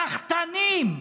סחטנים,